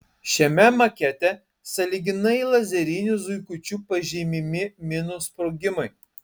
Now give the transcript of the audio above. šiame makete sąlyginai lazeriniu zuikučiu pažymimi minų sprogimai